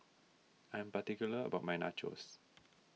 I am particular about my Nachos